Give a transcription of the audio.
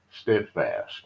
steadfast